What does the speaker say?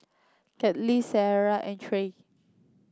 Kailee Sarrah and Trey